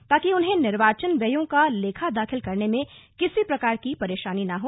ताकि उन्हें निर्वाचन व्ययों का लेखा दाखिल करने में किसी प्रकार की परेशानी न हो